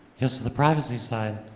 yes. the privacy side,